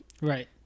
Right